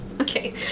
Okay